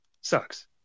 sucks